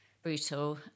brutal